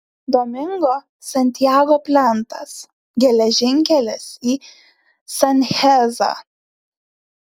domingo santiago plentas geležinkelis į sanchezą